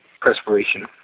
perspiration